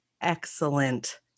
excellent